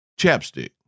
Chapstick